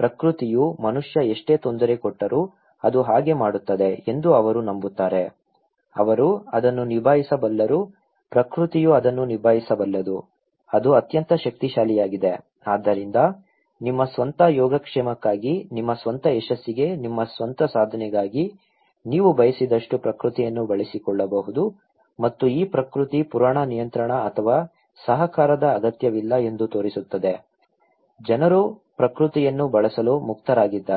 ಪ್ರಕೃತಿಯು ಮನುಷ್ಯ ಎಷ್ಟೇ ತೊಂದರೆ ಕೊಟ್ಟರೂ ಅದು ಹಾಗೆ ಮಾಡುತ್ತದೆ ಎಂದು ಅವರು ನಂಬುತ್ತಾರೆ ಅವರು ಅದನ್ನು ನಿಭಾಯಿಸಬಲ್ಲರು ಪ್ರಕೃತಿಯು ಅದನ್ನು ನಿಭಾಯಿಸಬಲ್ಲದು ಅದು ಅತ್ಯಂತ ಶಕ್ತಿಶಾಲಿಯಾಗಿದೆ ಆದ್ದರಿಂದ ನಿಮ್ಮ ಸ್ವಂತ ಯೋಗಕ್ಷೇಮಕ್ಕಾಗಿ ನಿಮ್ಮ ಸ್ವಂತ ಯಶಸ್ಸಿಗೆ ನಿಮ್ಮ ಸ್ವಂತ ಸಾಧನೆಗಾಗಿ ನೀವು ಬಯಸಿದಷ್ಟು ಪ್ರಕೃತಿಯನ್ನು ಬಳಸಿಕೊಳ್ಳಬಹುದು ಮತ್ತು ಈ ಪ್ರಕೃತಿ ಪುರಾಣ ನಿಯಂತ್ರಣ ಅಥವಾ ಸಹಕಾರದ ಅಗತ್ಯವಿಲ್ಲ ಎಂದು ತೋರಿಸುತ್ತದೆ ಜನರು ಪ್ರಕೃತಿಯನ್ನು ಬಳಸಲು ಮುಕ್ತರಾಗಿದ್ದಾರೆ